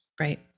Right